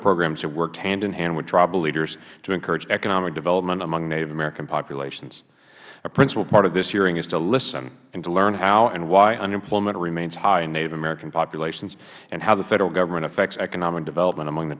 programs have worked hand in hand with tribal leaders to encourage economic development among native american populations a principal part of this hearing is to listen and to learn how and why unemployment remains high in native american populations and how the federal government affects economic development among the